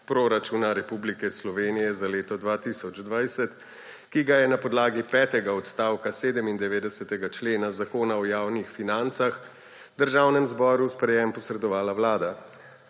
proračuna Republike Slovenije za leto 2020, ki ga je na podlagi petega odstavka 97. člena Zakona o javnih financah Državnemu zboru v sprejetje posredovala Vlada.